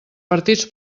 partits